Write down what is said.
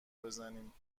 بزنیم